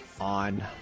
on